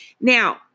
Now